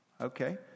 Okay